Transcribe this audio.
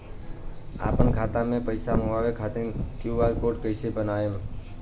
आपन खाता मे पईसा मँगवावे खातिर क्यू.आर कोड कईसे बनाएम?